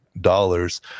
dollars